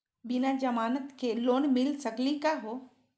बिना जमानत के लोन मिली सकली का हो?